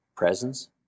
presence